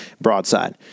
broadside